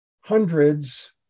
hundreds